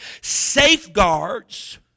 safeguards